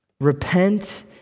repent